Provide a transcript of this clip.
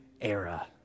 era